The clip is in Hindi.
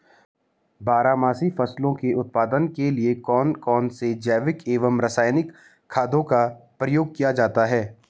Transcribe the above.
बारहमासी फसलों के उत्पादन के लिए कौन कौन से जैविक एवं रासायनिक खादों का प्रयोग किया जाता है?